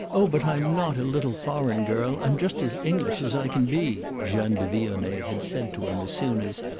oh but i'm not a little foreign girl i'm just as english as i can be, jeanne de vionnet had said to him as soon as,